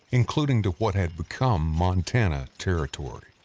including to what had become montana territory.